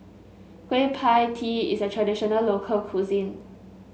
Kueh Pie Tee is a traditional local cuisine